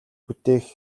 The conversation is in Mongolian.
бүтээх